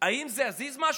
האם זה יזיז משהו?